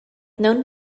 known